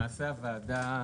למעשה הוועדה,